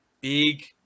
big